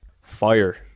fire